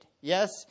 Yes